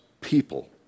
people